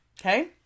Okay